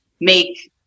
make